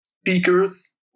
speakers